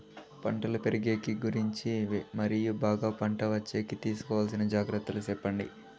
పంటలు పెరిగేకి గురించి మరియు బాగా పంట వచ్చేకి తీసుకోవాల్సిన జాగ్రత్త లు సెప్పండి?